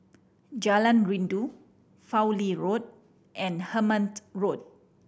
Jalan Rindu Fowlie Road and Hemmant Road